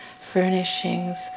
Furnishings